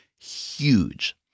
huge